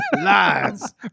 Lies